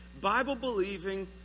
Bible-believing